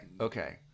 Okay